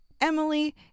Emily